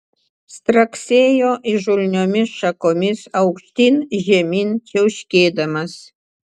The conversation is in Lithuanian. straksėjo įžulniomis šakomis aukštyn žemyn čiauškėdamas